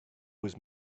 was